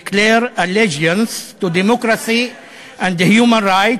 declare allegiance to democracy and human rights,